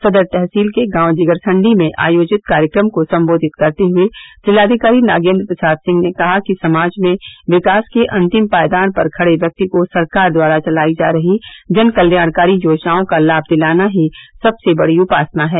सदर तहसील के गांव जिगरसण्डी में आयोजित कार्यक्रम को संबोधित करते हुए जिलाधिकारी नागेन्द्र प्रसाद सिंह ने कहा कि समाज में विकास के अन्तिम पायदान पर खड़े व्यक्ति को सरकार द्वारा चलायी जा रही जन कल्याणकारी योजनाओं का लाभ दिलाना ही सबसे बड़ी उपासना है